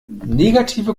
negative